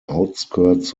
outskirts